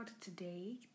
today